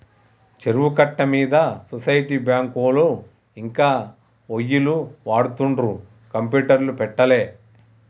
చెరువు కట్ట మీద సొసైటీ బ్యాంకులో ఇంకా ఒయ్యిలు వాడుతుండ్రు కంప్యూటర్లు పెట్టలే